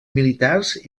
militars